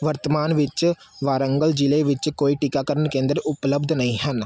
ਵਰਤਮਾਨ ਵਿੱਚ ਵਾਰੰਗਲ ਜ਼ਿਲ੍ਹੇ ਵਿੱਚ ਕੋਈ ਟੀਕਾਕਰਨ ਕੇਂਦਰ ਉਪਲਬਧ ਨਹੀਂ ਹਨ